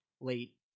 late